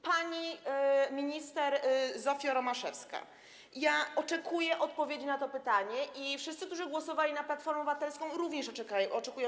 Pani minister Zofio Romaszewska, ja oczekuję odpowiedzi na to pytanie i wszyscy, który głosowali na Platformę Obywatelską, również oczekują.